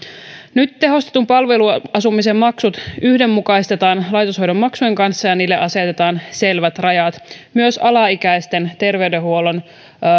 nyt tehostetun palveluasumisen maksut yhdenmukaistetaan laitoshoidon maksujen kanssa ja niille asetetaan selvät rajat myös alaikäisten terveydenhuollon